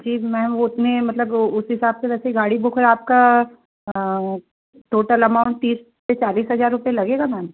जी ma'am उसमें मतलब उस हिसाब से वैसे गाड़ी बुक हो और आपका टोटल अमाउंट तीस से चालीस हज़ार रुपये लगेगा मैम